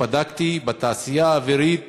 בדקתי: בתעשייה האווירית